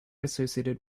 associated